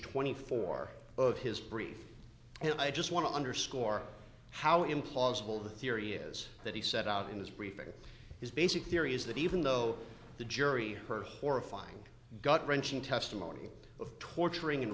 twenty four of his brief and i just want to underscore how implausible the theory is that he set out in this briefing his basic theory is that even though the jury heard horrifying gut wrenching testimony of torturing and